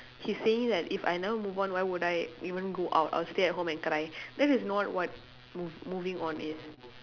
he's saying that if I never move on why would I even go out I'll stay at home and cry this is not what move moving on is